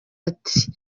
ati